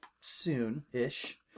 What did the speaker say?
soon-ish